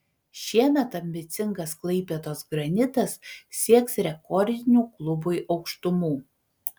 šiemet ambicingas klaipėdos granitas sieks rekordinių klubui aukštumų